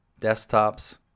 desktops